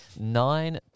nine